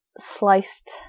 sliced